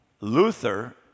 Luther